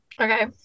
Okay